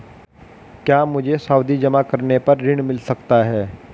क्या मुझे सावधि जमा पर ऋण मिल सकता है?